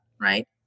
right